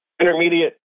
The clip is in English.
intermediate